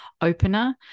opener